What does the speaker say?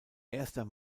erster